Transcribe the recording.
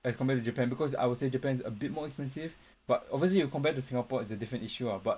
as compared to japan because I would say japan is a bit more expensive but obviously you compare to singapore is a different issue ah but